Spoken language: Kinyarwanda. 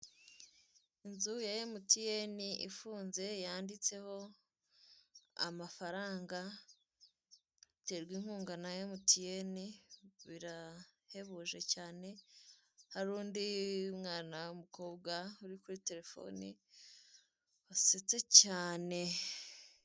Inzu ya emutiyeni, ifunze, yanditseho "Amafaranga, terwa inkunga na emutiyeni, birahebuje cyane", hari undi mwana w'umukobwa uri kuri telefoni, wasetse cyane.